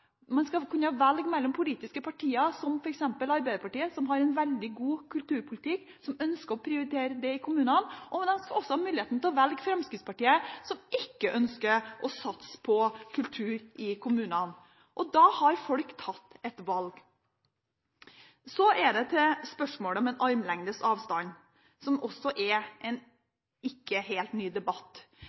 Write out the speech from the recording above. skal kunne velge mellom f.eks. Arbeiderpartiet – som har en veldig god kulturpolitikk, og som ønsker å prioritere det i kommunene – og Fremskrittspartiet, som ikke ønsker å satse på kultur i kommunene. Da har folk tatt et valg. Så til spørsmålet om armlengdes avstand, som heller ikke er en helt ny debatt.